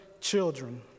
children